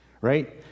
right